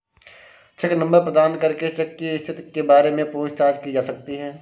check number प्रदान करके cheque की स्थिति के बारे में पूछताछ की जा सकती है